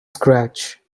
scratch